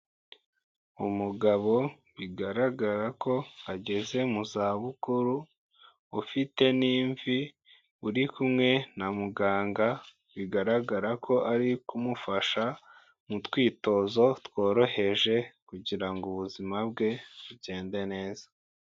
Umugabo bigaragara ko ageze mu zabukuru ufite n'ivi, uri kumwe na muganga bigaragara ko ari kumufasha mu twitozo tworoheje kugira ngo ubuzima bwe bugende neza.